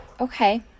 okay